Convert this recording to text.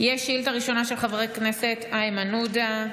יש שאילתה ראשונה של חבר הכנסת איימן עודה,